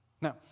Now